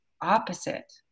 opposite